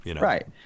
Right